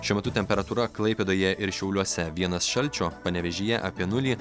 šiuo metu temperatūra klaipėdoje ir šiauliuose vienas šalčio panevėžyje apie nulį